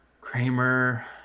Kramer